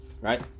Right